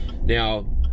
now